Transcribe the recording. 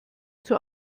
zur